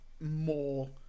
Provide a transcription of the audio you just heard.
more